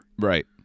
Right